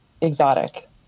exotic